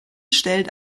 stellt